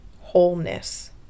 wholeness